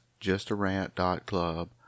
justarant.club